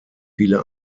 viele